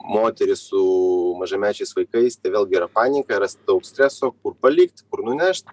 moteris su mažamečiais vaikais tai vėlgi yra panika yra daug streso kur palikt kur nunešt